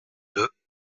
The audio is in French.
deux